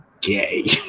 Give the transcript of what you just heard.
gay